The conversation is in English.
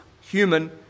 human